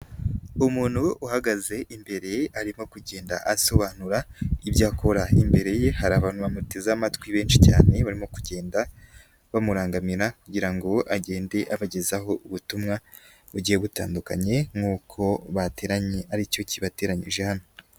Umuntu uhagaze imbere, arimo kugenda asobanura ibyo akora. Imbere ye hari abantu bamuteze amatwi benshi cyane barimo, arimo kugenda bamurangamira kugira ngo agende abagezaho ubutumwa bugiye butandukanye, nk'uko bateranye aricyo kibateranyirije hano.